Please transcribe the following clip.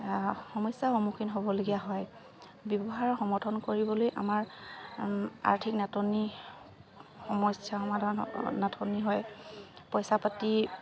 সমস্যাৰ সন্মুখীন হ'বলগীয়া হয় ব্যৱসায়ৰ সমৰ্থন কৰিবলৈ আমাৰ আৰ্থিক নাটনি সমস্যা সমাধান নাটনি হয় পইচা পাতি